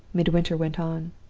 midwinter went on.